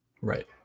Right